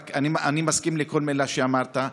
אני מסכים לכל מילה שאמרת,